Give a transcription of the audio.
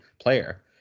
player